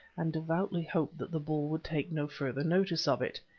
and devoutly hoped that the bull would take no further notice of it.